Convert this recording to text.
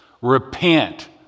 repent